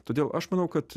todėl aš manau kad